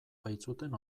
baitzuten